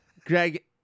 Greg